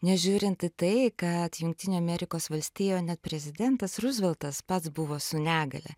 nežiūrint į tai kad jungtinių amerikos valstijų net prezidentas ruzveltas pats buvo su negalia